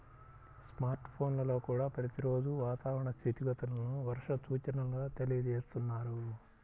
smart ఫోన్లల్లో కూడా ప్రతి రోజూ వాతావరణ స్థితిగతులను, వర్ష సూచనల తెలియజేస్తున్నారు